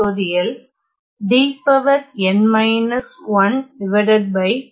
எனவே இந்த முடிவு ஒரு தகுதரமான கலப்பெண் மாறிகள் பாடப்புத்தகத்திலிருந்து நேரடியாக எடுக்கப்படுகிறது